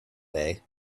day